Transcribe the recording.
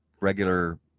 regular